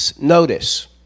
notice